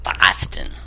Boston